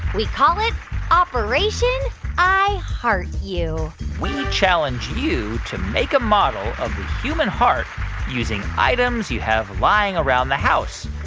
we call it operation i heart you we challenge you to make a model of a human heart using items you have lying around the house.